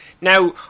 Now